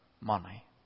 money